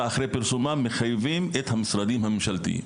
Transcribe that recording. אחרי פרסומן מחייבות את המשרדים הממשלתיים.